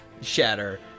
shatter